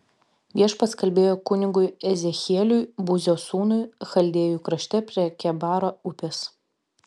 viešpats kalbėjo kunigui ezechieliui buzio sūnui chaldėjų krašte prie kebaro upės